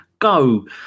Go